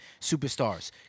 Superstars